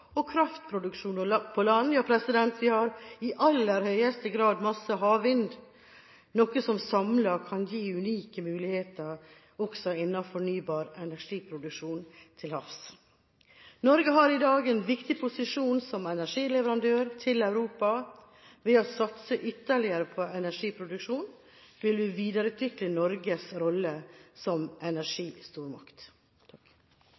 og kraftproduksjon på land, og vi har i aller høyeste grad mye havvind, noe som samlet kan gi unike muligheter også innen fornybar energiproduksjon til havs. Norge har i dag en viktig posisjon som energileverandør til Europa. Ved å satse ytterligere på energiproduksjon, vil vi videreutvikle Norges rolle som